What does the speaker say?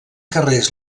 carrers